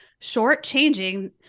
shortchanging